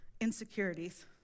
insecurities